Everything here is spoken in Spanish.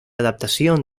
adaptación